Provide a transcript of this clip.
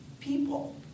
people